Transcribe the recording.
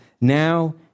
Now